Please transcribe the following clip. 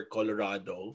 Colorado